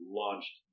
launched